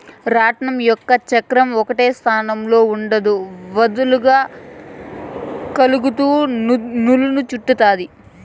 రాట్నం యొక్క చక్రం ఒకటే స్థానంలో ఉండదు, వదులుగా కదులుతూ నూలును చుట్టుతాది